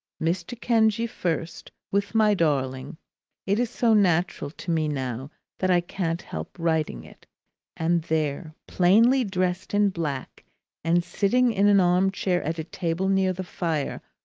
mr. kenge first, with my darling it is so natural to me now that i can't help writing it and there, plainly dressed in black and sitting in an arm-chair at a table near the fire,